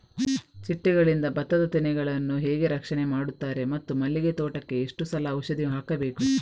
ಚಿಟ್ಟೆಗಳಿಂದ ಭತ್ತದ ತೆನೆಗಳನ್ನು ಹೇಗೆ ರಕ್ಷಣೆ ಮಾಡುತ್ತಾರೆ ಮತ್ತು ಮಲ್ಲಿಗೆ ತೋಟಕ್ಕೆ ಎಷ್ಟು ಸಲ ಔಷಧಿ ಹಾಕಬೇಕು?